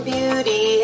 Beauty